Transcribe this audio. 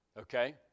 okay